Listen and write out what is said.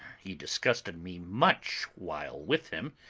he disgusted me much while with him,